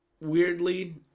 weirdly